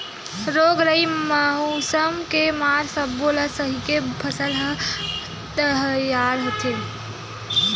रोग राई, मउसम के मार सब्बो ल सहिके फसल ह तइयार होथे